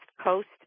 coast